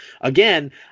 Again